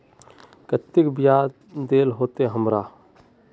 केते बियाज देल होते हमरा?